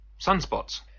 sunspots